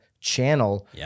channel